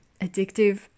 addictive